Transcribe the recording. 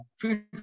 food